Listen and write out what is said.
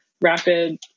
rapid